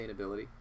sustainability